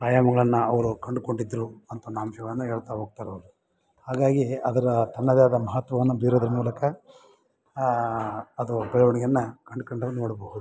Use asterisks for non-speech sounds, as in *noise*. ಆಯಾಮಗಳನ್ನು ಅವರು ಕಂಡ್ಕೊಂಡಿದ್ದರು ಅಂತ *unintelligible* ಅಂಶವನ್ನು ಹೇಳ್ತಾ ಹೋಗ್ತಾರವ್ರು ಹಾಗಾಗಿ ಅದರ ತನ್ನದಾದ ಮಹತ್ವವನ್ನು ಬೇರೇದ್ರ ಮೂಲಕ ಅದು ಬೆಳೆವಣಿಗೆಯನ್ನು ಕಂಡ್ಕಂಡದು ನೋಡಬಹುದು